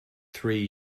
three